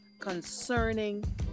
concerning